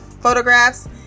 photographs